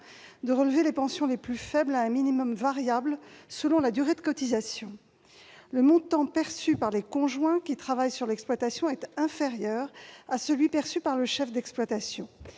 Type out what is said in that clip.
de relever les pensions les plus faibles à un minimum variable selon la durée de cotisation. Le montant perçu par les conjoints qui travaillent sur l'exploitation est inférieur à celui qui est perçu par le chef d'exploitation.